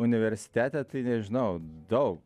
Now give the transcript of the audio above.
universitete tai nežinau dau